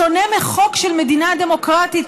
בשונה מחוק של מדינה דמוקרטית,